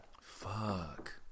Fuck